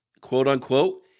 quote-unquote